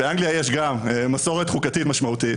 באנגליה יש גם מסורת חוקתית משמעותית